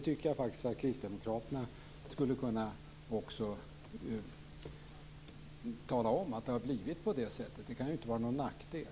Även kristdemokraterna skulle kunna tala om att det har blivit så. Det kan inte vara någon nackdel.